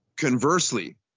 Conversely